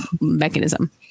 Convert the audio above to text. mechanism